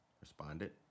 responded